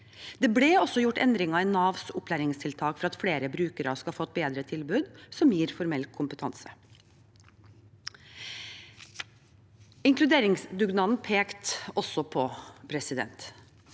Det ble også gjort endringer i Navs opplæringstiltak for at flere brukere skal få et bedre tilbud som gir formell kompetanse. Inkluderingsdugnaden pekte også på at det